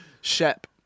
Shep